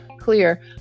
clear